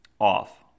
off